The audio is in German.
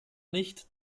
nicht